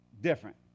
different